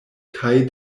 kaj